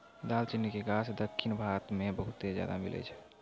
दालचीनी के गाछ दक्खिन भारत मे बहुते ज्यादा मिलै छै